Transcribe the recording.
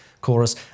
chorus